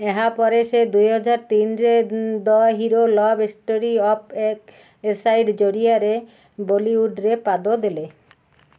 ଏହାପରେ ସେ ଦୁଇହାଜରେ ତିନିରେ the hero love story of a spy ଜରିଆରେ ବଲିଉଡ଼ରେ ପାଦ ଦେଲେ